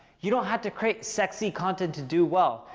you don't have to create sexy content to do well.